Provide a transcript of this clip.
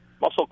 muscle